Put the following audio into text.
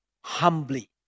humbly